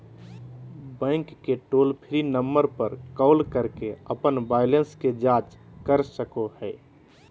bank के toll free number पर call करके अपन बैलेंस के जांच कर सको हइ